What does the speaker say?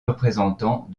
représentant